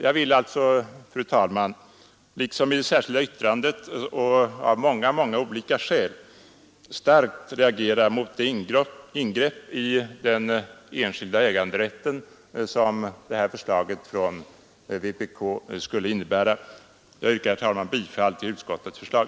Jag vill alltså, fru talman, liksom i det särskilda yttrandet och av många olika skäl starkt reagera mot det ingrepp i den enskilda äganderätten som ett genomförande av det här förslaget från vpk skulle innebära. Jag yrkar bifall till utskottets förslag.